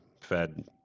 Fed